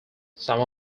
some